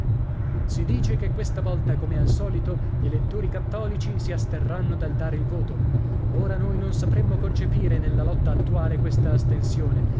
si dice che questa volta come al solito gli elettori cattolici si asterranno dal dare il voto ora noi non sapremmo concepire nella lotta attuale questa astensione